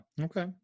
okay